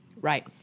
Right